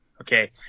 Okay